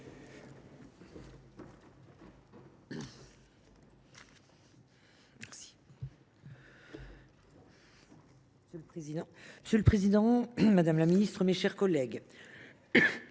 Fernique. Monsieur le président, madame la ministre, mes chers collègues,